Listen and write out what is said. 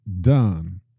done